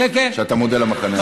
שאתה מודה למחנה הציוני.